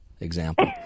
example